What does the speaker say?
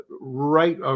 right